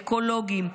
אקולוגים,